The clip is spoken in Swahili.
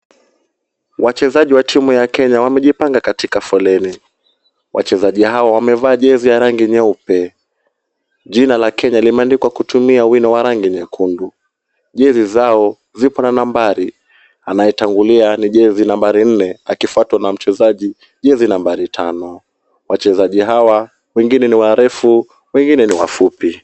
Wachezaji wa timu ya Kenya wamejipanga katika foleni. Wachezaji hao wamevaa jezi ya rangi nyeupe. Jina la Kenya limeandikwa kutumia wino wa rangi nyekundu. Jezi zao zipo na nambari. Anayetangulia ni jezi nambari nne. Akifuatwa na mchezaji jezi nambari tano. Wachezaji hawa wengine ni warefu wengine ni wafupi.